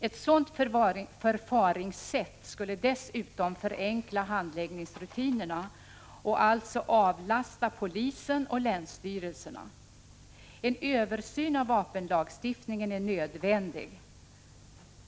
Ett sådant förfaringssätt skulle dessutom förenkla handläggningsrutinerna och alltså avlasta polisen och länsstyrelserna. En översyn av vapenlagstiftningen är nödvändig.